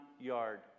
yard